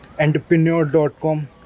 entrepreneur.com